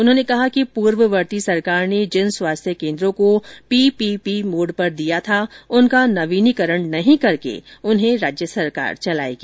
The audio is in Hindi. उन्होंने कहा कि पूर्ववर्ती सरकार ने जिन स्वास्थ्य केंद्रों को पीपीपी मोड पर दिया था उनका नवीनीकरण नहीं करके उन्हें राज्य सरकार चलाएगी